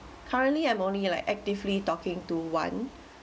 currently I'm only like actively talking to one